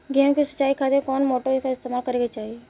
गेहूं के सिंचाई खातिर कौन मोटर का इस्तेमाल करे के चाहीं?